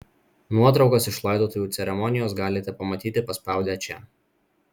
nuotraukas iš laidotuvių ceremonijos galite pamatyti paspaudę čia